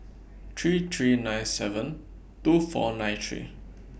three three nine seven two four nine three